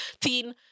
thin